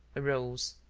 arose,